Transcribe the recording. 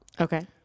Okay